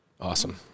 Awesome